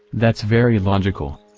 that's very logical.